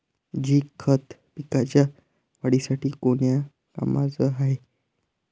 Zinc खत पिकाच्या वाढीसाठी कोन्या कामाचं हाये?